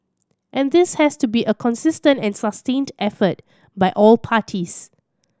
and this has to be a consistent and sustained effort by all parties